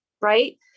right